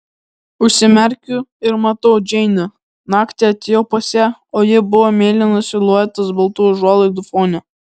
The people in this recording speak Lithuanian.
užsimerkiu ir matau džeinę naktį atėjau pas ją o ji buvo mėlynas siluetas baltų užuolaidų fone